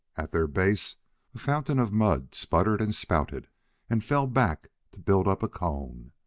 at their base a fountain of mud sputtered and spouted and fell back to build up a cone.